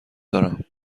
دارم